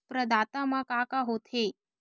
प्रदाता मा का का हो थे?